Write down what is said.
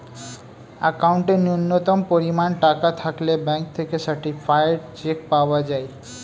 অ্যাকাউন্টে ন্যূনতম পরিমাণ টাকা থাকলে ব্যাঙ্ক থেকে সার্টিফায়েড চেক পাওয়া যায়